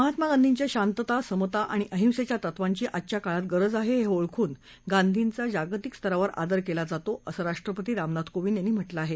महात्मा गांधींच्या शांतता समता आणि अहिसेच्या तत्वांची आजच्या काळात गरज आहे हे ओळखून गांधीचा जागतिक स्तरावर आदर केला जातो असं राष्ट्रपती रामनाथ कोविंद यांनी म्हटलं आहे